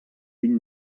vint